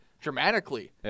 dramatically